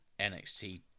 NXT